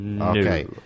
Okay